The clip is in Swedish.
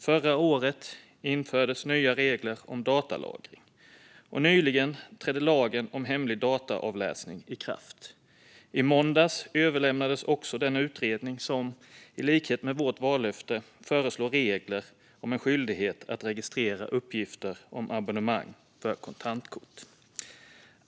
Förra året infördes nya regler om datalagring, och nyligen trädde lagen om hemlig dataavläsning i kraft. I måndags överlämnades också den utredning där det, i likhet med vårt vallöfte, föreslås regler om en skyldighet att registrera uppgifter om abonnemang för kontantkort.